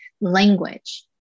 language